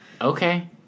Okay